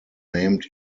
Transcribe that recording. named